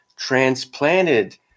transplanted